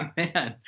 man